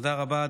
תודה רבה,